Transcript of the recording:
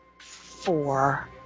Four